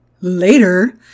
later